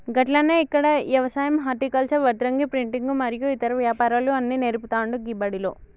గట్లనే ఇక్కడ యవసాయం హర్టికల్చర్, వడ్రంగి, ప్రింటింగు మరియు ఇతర వ్యాపారాలు అన్ని నేర్పుతాండు గీ బడిలో